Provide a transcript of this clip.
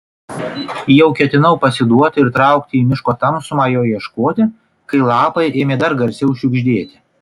jau ketinau pasiduoti ir traukti į miško tamsumą jo ieškoti kai lapai ėmė dar garsiau šiugždėti